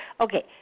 Okay